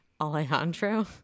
Alejandro